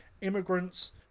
immigrants